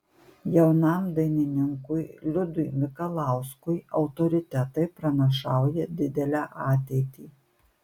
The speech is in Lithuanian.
jaunam dainininkui liudui mikalauskui autoritetai pranašauja didelę ateitį